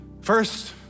first